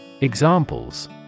Examples